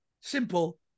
simple